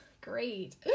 Great